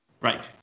right